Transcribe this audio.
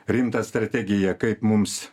rimtą strategiją kaip mums